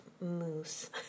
moose